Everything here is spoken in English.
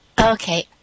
Okay